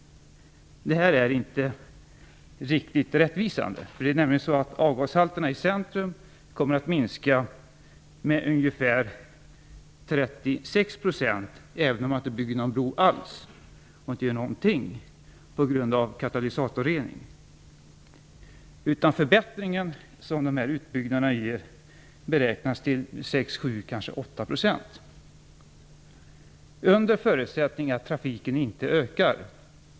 Det är inte riktigt rättvisande. Avgashalterna i centrum kommer nämligen att minska med ungefär 36 %, även om bron inte bygggs och man inte gör någonting; detta på grund av katalysatorreningen. Den förbättring som de här utbyggnaderna ger beräknas till 6 % eller 7 %- ja, kanske 8 %, men då under förutsättning att trafiken inte ökar.